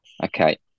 Okay